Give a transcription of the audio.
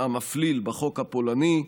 המפליל בחוק הפולני.